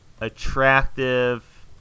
attractive